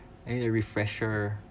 and a refresher